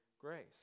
grace